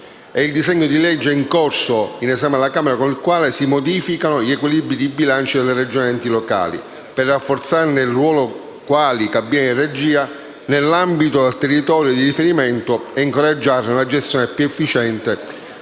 il disegno di legge in corso di esame alla Camera, con il quale si modificano gli equilibri dei bilanci per Regioni ed enti locali, per rafforzarne il ruolo di cabina di regia nell'ambito del territorio di riferimento e incoraggiare una gestione più efficiente